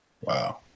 wow